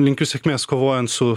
linkiu sėkmės kovojant su